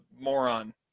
moron